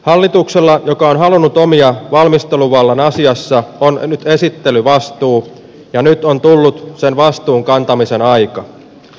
hallituksella joka on hallinnut omia valmisteluvallan asiassa on nyt esittelyvastuu ja nyt on tullut sen vastuun kantamisen aika